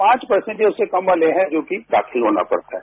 पांच परसेंट याउससे कम वाले हैं जिनको की दाखिल होना पड़ता है